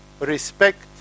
Respect